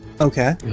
Okay